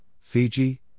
Fiji